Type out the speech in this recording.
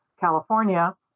California